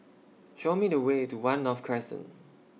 Show Me The Way to one North Crescent